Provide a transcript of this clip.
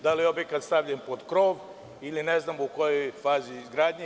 Da li je objekat stavljen pod krov ili je u nekoj drugoj fazi izgradnje?